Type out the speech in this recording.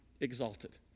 exalted